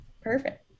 perfect